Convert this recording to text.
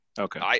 Okay